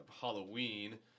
Halloween